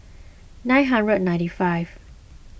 nine hundred ninety five